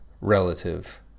relative